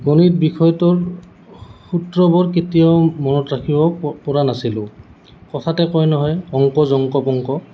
গণিত বিষয়টোৰ সূত্ৰবোৰ কেতিয়াও মনত ৰাখিব পৰা নাছিলোঁ কথাতে কয় নহয় অংক জংক পংক